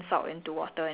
ya